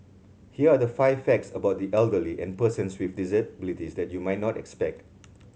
here are the five facts about the elderly and persons with disabilities that you might not expect